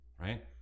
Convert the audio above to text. right